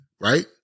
right